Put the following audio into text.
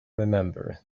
remember